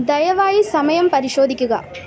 ദയവായി സമയം പരിശോധിക്കുക